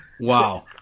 Wow